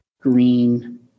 green